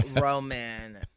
Roman